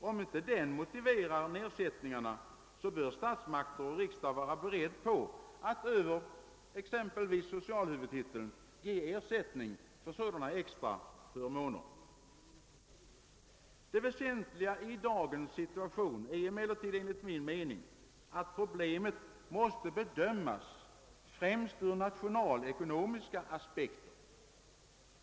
Om inte denna motiverar nedsättningarna, bör regering och riksdag vara beredda att över exempelvis socialhuvudtiteln ge ersättning för sådana extra förmåner. Det väsentliga i dagens situation är emellertid enligt min uppfattning att problemet måste bedömas främst ur nationalekonomiska aspekter.